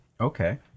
Okay